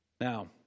Now